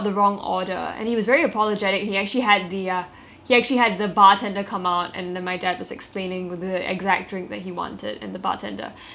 he actually had the bartender come up and then my dad was explaining with the exact drink that he wanted and the bartender actually went and got that drink in particular